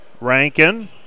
Rankin